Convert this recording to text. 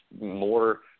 more